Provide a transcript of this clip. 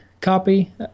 copy